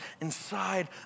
inside